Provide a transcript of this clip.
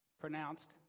pronounced